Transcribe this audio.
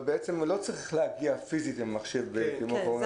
אבל בעצם לא צריך להגיע פיזית עם המחשב לתיקון.